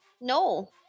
no